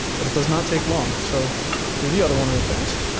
but it does not take long. so do the other one real fast.